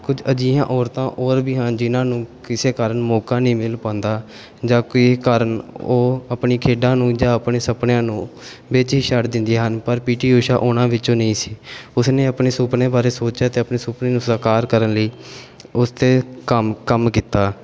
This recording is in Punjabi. ਕੁਝ ਅਜਿਹੀਆਂ ਔਰਤਾਂ ਹੋਰ ਵੀ ਹਨ ਜਿਨ੍ਹਾਂ ਨੂੰ ਕਿਸੇ ਕਾਰਨ ਮੌਕਾ ਨਹੀਂ ਮਿਲ ਪਾਉਂਦਾ ਜਾਂ ਕਈ ਕਾਰਨ ਉਹ ਆਪਣੀ ਖੇਡਾਂ ਨੂੰ ਜਾਂ ਆਪਣੇ ਸੁਪਨਿਆਂ ਨੂੰ ਵਿੱਚ ਹੀ ਛੱਡ ਦਿੰਦੀਆਂ ਹਨ ਪਰ ਪੀਟੀ ਊਸ਼ਾ ਉਹਨਾਂ ਵਿੱਚੋਂ ਨਹੀਂ ਸੀ ਉਸਨੇ ਆਪਣੇ ਸੁਪਨੇ ਬਾਰੇ ਸੋਚਿਆ ਅਤੇ ਆਪਣੇ ਸੁਪਨੇ ਨੂੰ ਸਾਕਾਰ ਕਰਨ ਲਈ ਉਸ 'ਤੇ ਕੰਮ ਕੰਮ ਕੀਤਾ